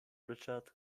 richard